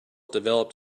developed